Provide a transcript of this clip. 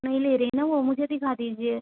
नहीं ले रहीं हैं ना वो मुझे दिखा दीजिए